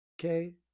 Okay